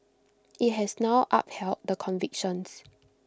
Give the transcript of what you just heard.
IT has now upheld the convictions